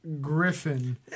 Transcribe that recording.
Griffin